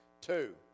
two